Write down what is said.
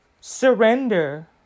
surrender